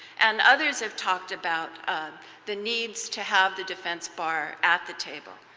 and others have talked about the needs to have the defense bar at the table.